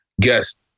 guest